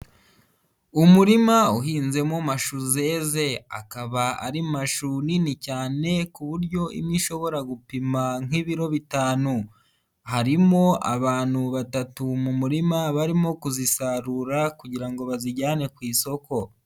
Umurima uhinzemo mashu zeze, akaba ari mashu nini cyane ku buryo imwe ishobora gupima nk'ibiro bitanu. Harimo abantu batatu mu murima, barimo kuzisarura kugirango bazijyane ku isoko.